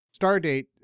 Stardate